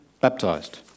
baptized